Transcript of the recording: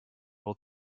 will